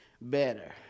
better